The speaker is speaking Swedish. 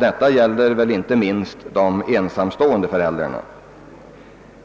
Detta gäller inte minst de ensamstående föräldrarna. Jag skall inte närmare ingå på motiven härför.